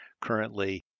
currently